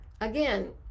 again